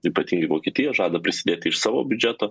ypatingai vokietija žada prisidėti iš savo biudžeto